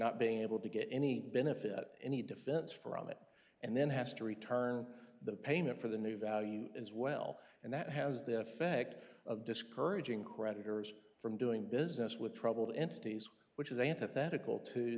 not being able to get any benefit any defense from it and then has to return the payment for the new value as well and that has the effect of discouraging creditors from doing business with troubled entities which is antithetical to